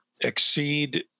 exceed